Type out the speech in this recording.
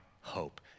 hope